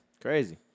Crazy